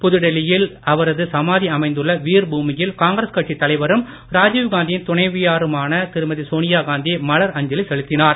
புதுடெல்லியில் அவரது சமாதி அமைந்துள்ள வீர் பூமியில் காங்கிரஸ் கட்சித் தலைவரும் ராஜிவ்காந்தியின் துணைவியருமான திருமதி சோனியாகாந்தி மலர் அஞ்சலி செலுத்தினார்